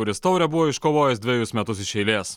kuris taurę buvo iškovojęs dvejus metus iš eilės